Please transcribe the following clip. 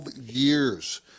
years